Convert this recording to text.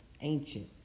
ancient